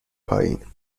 پایین